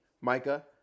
Micah